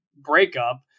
breakup